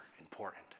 important